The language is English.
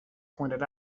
pointed